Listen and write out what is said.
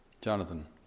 Jonathan